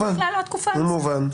מובן.